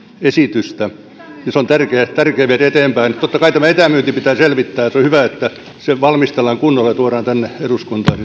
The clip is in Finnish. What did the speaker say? esitystä se on tärkeä viedä eteenpäin totta kai tämä etämyynti pitää selvittää on hyvä että se valmistellaan kunnolla ja tuodaan tänne eduskuntaan